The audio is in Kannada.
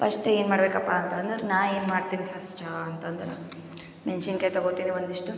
ಫಸ್ಟೇ ಏನುಮಾಡ್ಬೇಕಪ್ಪಾ ಅಂತಂದ್ರೆ ನಾ ಏನುಮಾಡ್ತೀನಿ ಪಸ್ಟು ಅಂತಂದ್ರೆ ಮೆಣಸಿನ್ಕಾಯಿ ತಗೊತೀನಿ ಒಂದಿಷ್ಟು